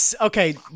Okay